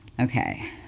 okay